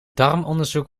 darmonderzoek